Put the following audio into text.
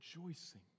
rejoicing